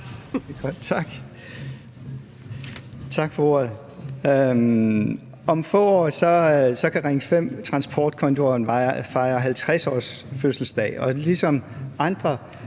Tak for ordet. Om få år kan Ring 5-transportkorridoren fejre 50-årsfødselsdag,